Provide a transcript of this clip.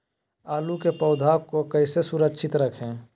आलू के पौधा को कैसे सुरक्षित रखें?